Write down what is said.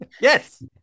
Yes